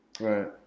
right